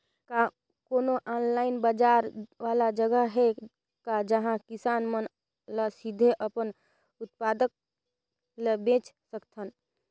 का कोनो ऑनलाइन बाजार वाला जगह हे का जहां किसान मन ल सीधे अपन उत्पाद ल बेच सकथन?